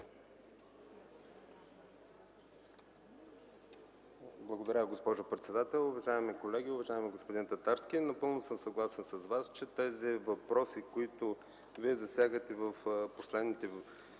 Благодаря, госпожо председател. Уважаеми колеги, уважаеми господин Татарски. Напълно съм съгласен с Вас, че тези въпроси, които Вие засягате в последните